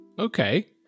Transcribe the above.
Okay